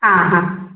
ആ ആ